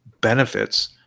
benefits